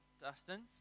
Dustin